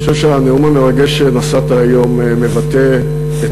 אני חושב שהנאום המרגש שנשאת היום מבטא את